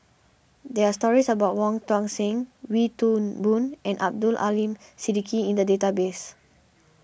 there are stories about Wong Tuang Seng Wee Toon Boon and Abdul Aleem Siddique in the database